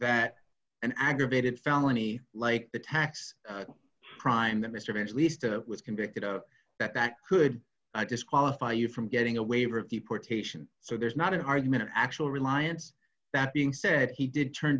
that an aggravated felony like the tax crime that mr bentley used to was convicted of that that could i disqualify you from getting a waiver of deportation so there's not an argument an actual reliance that being said he did turn